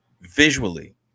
Visually